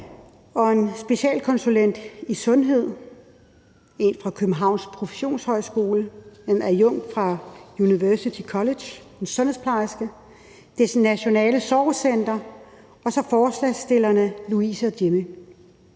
en specialkonsulent i sundhed, en fra Københavns Professionshøjskole, en adjunkt fra VIA University College, en sundhedsplejerske, Det Nationale Sorgcenter og så forslagsstillerne Louise og Jimmy.